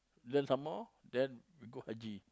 learn some more then we go haji